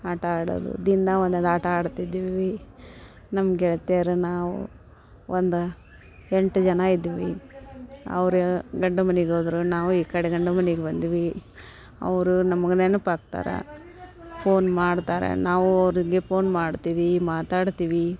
ಆಟ ಆಡೋದು ದಿನಾ ಒಂದೊಂದು ಆಟ ಆಡ್ತಿದ್ದೆವು ನಮ್ಮ ಗೆಳ್ತೀರು ನಾವು ಒಂದು ಎಂಟು ಜನ ಇದ್ವಿ ಅವ್ರೂ ಗಂಡನ ಮನೆಗ್ ಹೋದರು ನಾವೂ ಈ ಕಡೆ ಗಂಡನ ಮನೆಗ್ ಬಂದ್ವಿ ಅವರು ನಮ್ಗೆ ನೆನ್ಪಾಗ್ತಾರೆ ಫೋನ್ ಮಾಡ್ತಾರೆ ನಾವೂ ಅವ್ರಿಗೆ ಪೋನ್ ಮಾಡ್ತೀವಿ ಮಾತಾಡ್ತೀವಿ